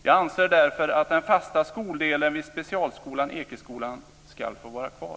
Jag anser därför att den fasta skoldelen vid specialskolan Ekeskolan ska få vara kvar.